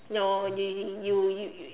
no you you you you you